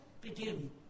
begin